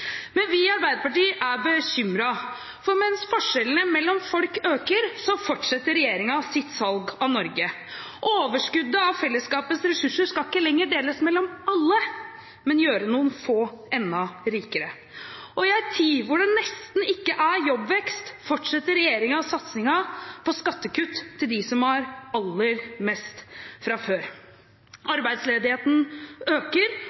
Men vi i Arbeiderpartiet er bekymret, for mens forskjellene mellom folk øker, fortsetter regjeringen sitt salg av Norge. Overskuddet av fellesskapets ressurser skal ikke lenger deles på alle, men gjøre noen få enda rikere. Og i en tid da det nesten ikke er jobbvekst, fortsetter regjeringen satsingen på skattekutt til dem som har aller mest fra før. Arbeidsledigheten øker,